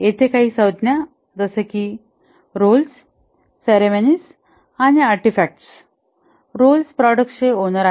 येथे काही संज्ञा जसे कि रोल्स सेरेमोनीज आणि आर्टिफॅक्टस रोल्स प्रॉडक्टचे ओनर आहेत